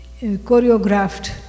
choreographed